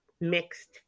mixed